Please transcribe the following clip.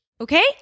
Okay